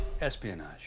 Espionage